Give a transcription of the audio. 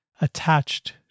attached